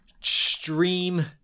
stream